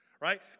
right